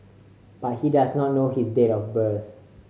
but he does not know his date of birth